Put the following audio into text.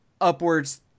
upwards